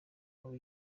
nkuru